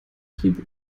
tribut